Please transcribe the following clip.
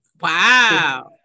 Wow